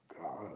God